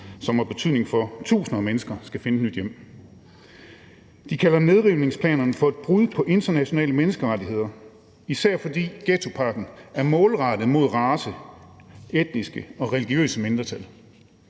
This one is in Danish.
som betyder, at tusinder af mennesker skal finde et nyt hjem. De kalder nedrivningsplanerne for et brud på internationale menneskerettigheder, især fordi ghettopakken er målrettet mod bestemte racer og etniske og religiøse mindretal.